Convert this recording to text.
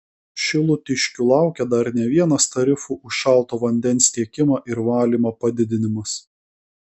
šilutiškių laukia dar ne vienas tarifų už šalto vandens tiekimą ir valymą padidinimas